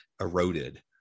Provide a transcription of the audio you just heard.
eroded